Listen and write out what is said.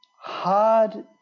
hard